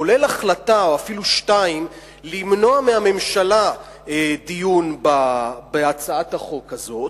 כולל החלטה או אפילו שתיים למנוע מהממשלה דיון בהצעת החוק הזאת.